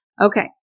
Okay